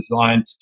designed